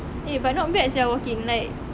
eh but not bad sia walking like